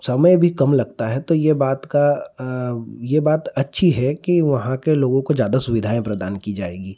समय भी कम लगता है तो ये बात का ये बात अच्छी है कि वहाँ के लोगों को ज्यादा सुविधाएँ प्रदान की जाएगी